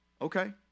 Okay